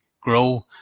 grow